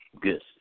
good